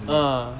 ah